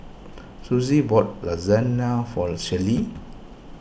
Suzie bought Lasagna for Sheree